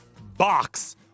box